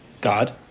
God